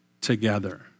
together